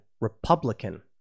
Republican